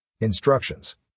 Instructions